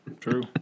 true